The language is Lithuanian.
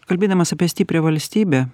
kalbėdamas apie stiprią valstybę